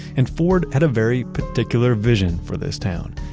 and ford had a very particular vision for this town.